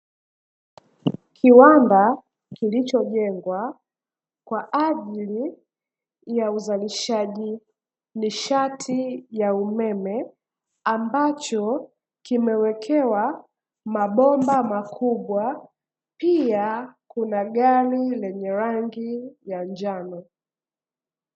Kiwanda kilichojengwa kwa ajili ya uzalishaji nishati ya umeme, ambacho kimewekewa mabomba makubwa pia kuna gari lenye rangi ya njano.